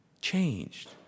changed